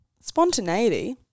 Spontaneity